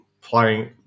playing